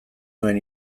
nuen